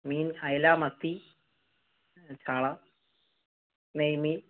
മീൻ അയല മത്തി ചാള നെയ്മീൻ